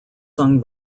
sung